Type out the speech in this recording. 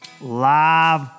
Live